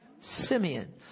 Simeon